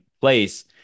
place